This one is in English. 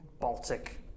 Baltic